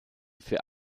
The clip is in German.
für